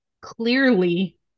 clearly